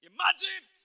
Imagine